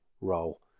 roll